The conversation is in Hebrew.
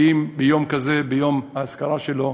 האם ביום כזה, ביום האזכרה הזאת,